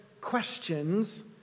questions